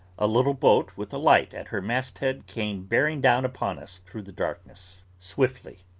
a little boat with a light at her masthead came bearing down upon us, through the darkness, swiftly.